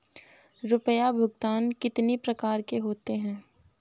रुपया भुगतान कितनी प्रकार के होते हैं?